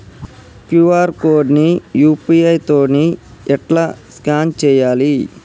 QR code ని UPI తోని ఎట్లా స్కాన్ చేయాలి?